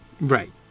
Right